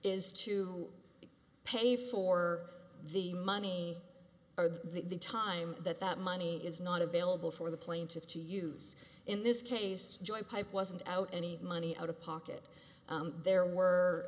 is to pay for the money or that the time that that money is not available for the plaintiff to use in this case join pipe wasn't out any money out of pocket there were